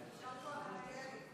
ההצעה להעביר את הצעת חוק להגדלת